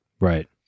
Right